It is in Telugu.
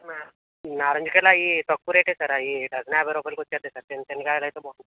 నారింజకాయలు అవి తక్కువ రేట్ సార్ అవి డజన్ యాభై రూపాయలు వచ్చేస్తాయ్ సార్ చిన్న చిన్న కాయలు అయితే